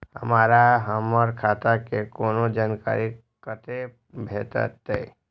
हमरा हमर खाता के कोनो जानकारी कते भेटतै